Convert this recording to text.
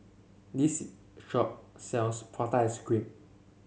this shop sells Prata Ice Cream